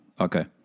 Okay